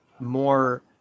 more